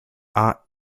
art